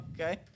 okay